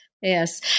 Yes